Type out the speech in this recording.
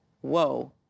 whoa